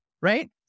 right